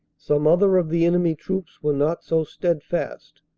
some other of the enemy troops were not so steadfast,